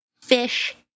fish